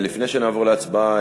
לפני שנעבור להצבעה,